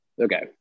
Okay